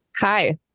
Hi